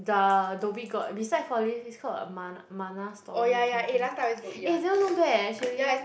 the Dhoby-Ghaut beside four leaves it's called a Mann~ Manna Story or something eh that one not bad eh actually